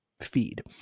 feed